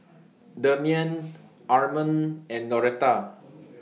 Demian Armond and Noretta